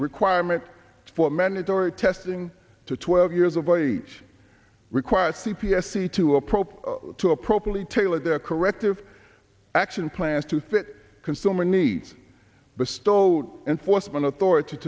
requirement for mandatory testing to twelve years of age required c p s e to a prop to a properly tailored their corrective action plans to fit consumer needs bestowed enforcement authority